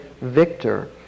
victor